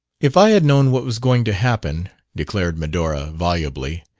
if i had known what was going to happen, declared medora volubly,